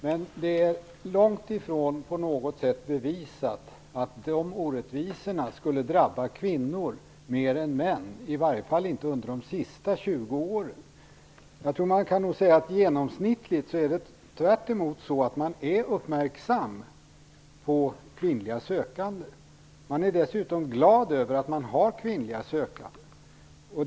Men det är långtifrån på något sätt bevisat att dessa orättvisor skulle drabba kvinnor mer än män, i alla fall inte under de senaste 20 åren. Jag tror nog att man kan säga att det genomsnittligt tvärtom är så, att man är uppmärksam på kvinnliga sökande. Man är dessutom glad över de kvinnliga sökande.